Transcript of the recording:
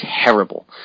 terrible